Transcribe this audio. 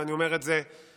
ואני אומר את זה בצער,